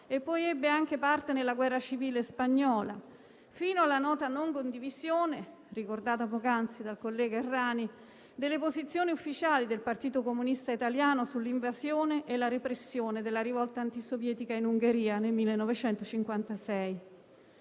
Ebbe anche parte nella Guerra civile spagnola, fino alla nota non condivisione - ricordata poc'anzi dal collega Errani - delle posizioni ufficiali del Partito Comunista Italiano sull'invasione e sulla repressione della rivolta antisovietica in Ungheria nel 1956.